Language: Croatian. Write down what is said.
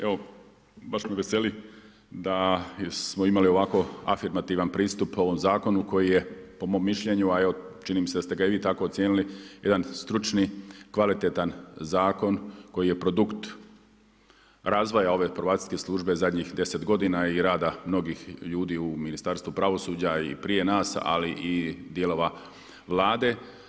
Evo baš me veseli da smo imali ovako afirmativan pristup ovom zakonu koji je po mom mišljenju a evo čini mi se da ste ga i vi tako ocijenili, jedan stručni, kvalitetan zakon koji je produkt razvoja ove probacijske službe zadnjih 10 godina i rada mnogih ljudi u Ministarstvu pravosuđa i prije nas ali i dijelova Vlade.